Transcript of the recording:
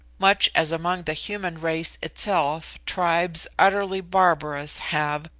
much as among the human race itself tribes utterly barbarous have,